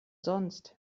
sonst